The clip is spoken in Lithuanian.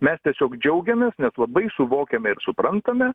mes tiesiog džiaugiamės nes labai suvokiame ir suprantame